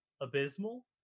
abysmal